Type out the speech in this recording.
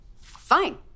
fine